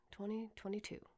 2022